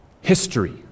history